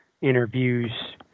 interviews